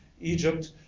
Egypt